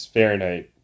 Fahrenheit